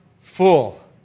full